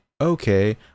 okay